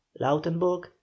Lautenburg